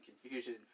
confusion